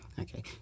Okay